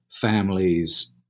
families